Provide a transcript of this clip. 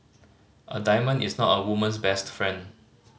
a diamond is not a woman's best friend